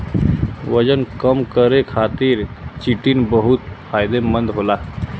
वजन कम करे खातिर चिटिन बहुत फायदेमंद होला